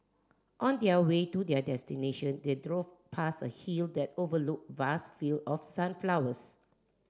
on the a way to their destination they drove past a hill that overlooked vast fields of sunflowers